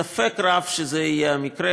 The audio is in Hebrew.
ספק רב שזה יהיה המקרה,